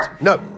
No